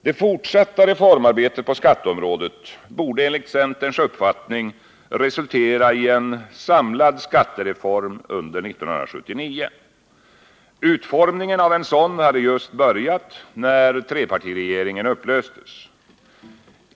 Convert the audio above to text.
Det fortsatta reformarbetet på skatteområdet borde enligt centerns uppfattning resultera i en samlad skattereform under 1979. Utformningen av en sådan hade just börjat när trepartiregeringen upplöstes.